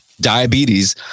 diabetes